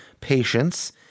patience